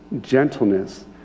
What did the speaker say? gentleness